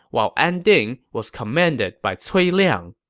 while anding was commanded by cui liang.